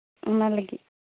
ᱚᱱᱟ ᱞᱟᱹᱜᱤᱫ